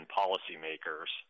policymakers